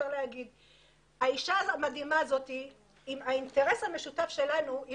האישה המדהימה הזאת עם האינטרס המשותף שלנו היא